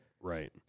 Right